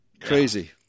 Crazy